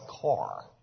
car